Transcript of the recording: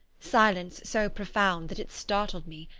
silence so profound that it startled me,